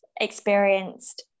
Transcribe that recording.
experienced